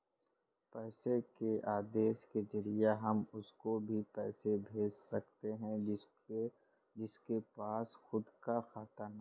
पैसे के आदेश के जरिए हम उसको भी पैसे भेज सकते है जिसके पास खुद का खाता ना हो